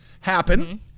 happen